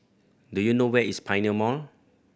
do you know where is Pioneer Mall